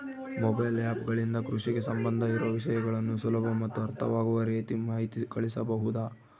Mobile app ಗಳಿಂದ ಕೃಷಿಗೆ ಸಂಬಂಧ ಇರೊ ವಿಷಯಗಳನ್ನು ಸುಲಭ ಮತ್ತು ಅರ್ಥವಾಗುವ ರೇತಿ ಮಾಹಿತಿ ಕಳಿಸಬಹುದಾ?